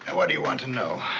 and what do you want to know?